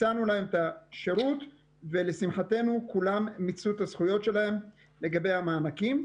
הצענו להם את השירות ולשמחתנו כולם מיצו את הזכויות שלהם לגבי המענקים,